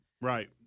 Right